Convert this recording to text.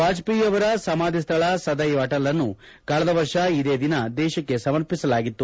ವಾಜಪೇಯಿ ಅವರ ಸಮಾಧಿಸ್ಥಳ ಸದ್ವೆವ್ ಅಟಲ್ ಅನ್ನು ಕಳೆದ ವರ್ಷ ಇದೇ ದಿನ ದೇಶಕ್ಕೆ ಸಮರ್ಪಿಸಲಾಗಿತ್ತು